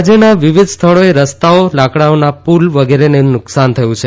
રાજ્યના વિવિધ સ્થળોએ રસ્તાઓ લાકડાના પુલ વગેરેને નુકસાન થયું છે